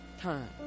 time